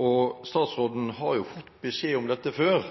og statsråden har jo gitt beskjed om dette før.